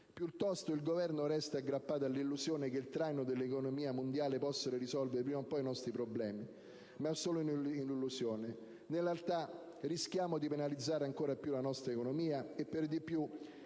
Piuttosto il Governo resta aggrappato all'illusione che il traino dell'economia mondiale possa risolvere prima o poi i nostri problemi. Ma, appunto, è solo un'illusione. Nella realtà, rischiamo di penalizzare ancor più la nostra economia. E per di più,